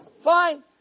Fine